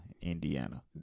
Indiana